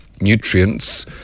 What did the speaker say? nutrients